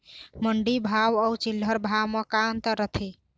मंडी भाव अउ चिल्हर भाव म का अंतर रथे?